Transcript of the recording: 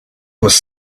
was